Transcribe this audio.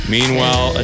Meanwhile